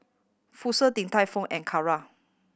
Fossil Din Tai Fung and Kara